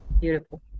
Beautiful